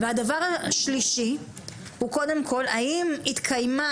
והדבר השלישי הוא קודם כל האם התקיימה